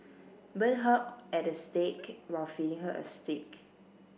burn her at the stake while feeding her a steak